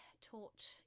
taught